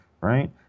right